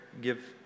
Give